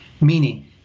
meaning—